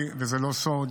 זה לא סוד,